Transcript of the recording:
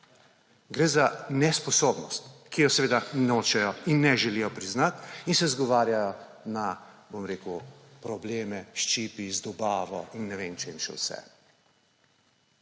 Gre za nesposobnost, ki je seveda nočejo in ne želijo priznati in se izgovarjajo na, bom rekel, probleme s čipi, z dobavo in ne vem čem še vse.